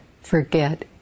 forget